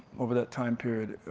over that time period,